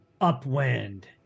upwind